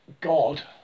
God